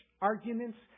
arguments